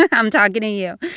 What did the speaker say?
like i'm talking to you.